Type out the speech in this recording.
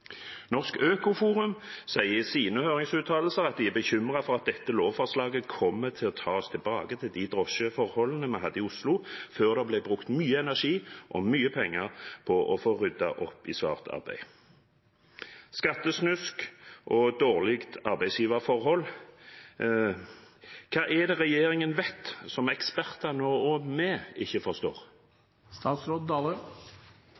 Norsk Økoforum sier i sine høringsuttalelser at de er bekymret for at dette lovforslaget kommer til å ta oss tilbake til de drosjeforholdene vi hadde i Oslo før det ble brukt mye energi og mye penger på å få ryddet opp i svart arbeid, skattesnusk og dårlige arbeidsgiverforhold. Hva er det regjeringen vet, som ekspertene og vi ikke forstår?